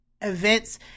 events